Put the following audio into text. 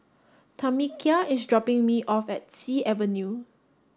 Tamekia is dropping me off at Sea Avenue